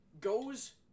goes